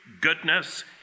goodness